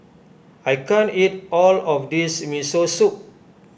I can't eat all of this Miso Soup